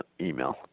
email